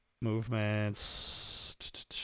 Movements